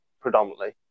predominantly